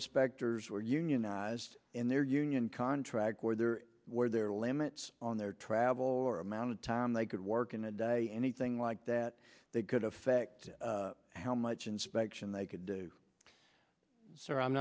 inspectors were unionized in their union contract where they are where there are limits on their travel or amount of time they could work in a day anything like that they could affect how much inspection they could do so i'm